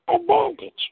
advantage